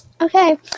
Okay